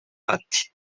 ati